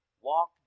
walk